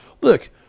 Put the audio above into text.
Look